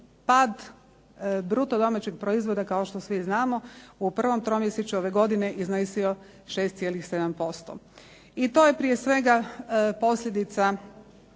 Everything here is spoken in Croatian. pad bruto domaćeg proizvoda, kao što svi znamo, u prvom tromjesečju ove godine iznosio 6,7%. I to je prije svega posljedica